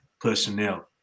personnel